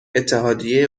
اتحادیه